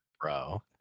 bro